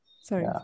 sorry